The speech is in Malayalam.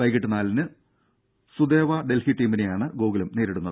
വൈകീട്ട് നാലിന് സുദേവ ഡൽഹി ടീമിനെയാണ് ഗോകുലം നേരിടുന്നത്